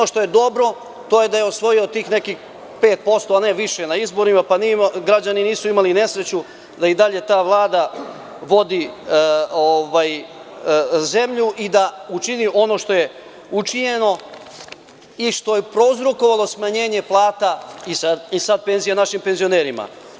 Ono što je dobro to je da je osvojio tih nekih 5% a ne više na izborima, pa građani nisu imali nesreću da i dalje ta vlada vodi zemlju i da učini ono što je učinjeno i što je prouzrokovalo smanjenje plata i sada penzija našim penzionerima.